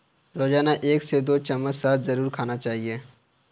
रोजाना एक से दो चम्मच शहद जरुर खाना चाहिए